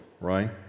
right